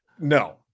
No